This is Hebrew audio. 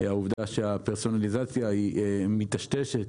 העובדה שהפרסונליזציה מיטשטשת